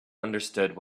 understood